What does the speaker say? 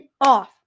off